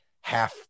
half